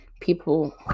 People